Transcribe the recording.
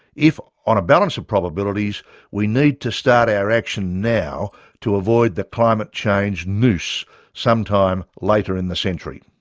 if on a balance of probabilities we need to start our action now to avoid the climate change noose sometime later in the century.